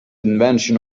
invention